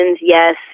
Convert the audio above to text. yes